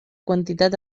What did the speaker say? quantitat